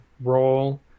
role